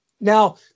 Now